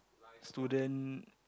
student